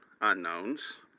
unknowns